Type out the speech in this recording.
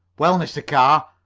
well, mr. carr,